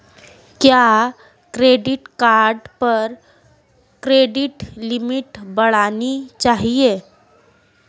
क्या credit card पर credit limit बढ़ानी चाहिए?